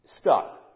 stuck